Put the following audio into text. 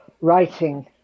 Writing